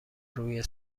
روی